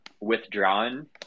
withdrawn